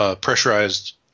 pressurized